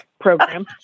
program